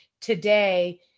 today